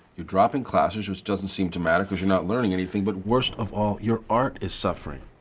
you're dropping classes, which doesn't seem to matter, cause you're not learning anything, but worst of all, your art is suffering.